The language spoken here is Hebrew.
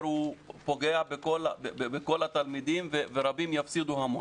פוגע בכל התלמידים ורבים יפסידו המון.